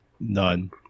none